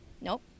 nope